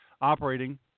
operating